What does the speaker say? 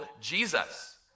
Jesus